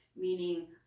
meaning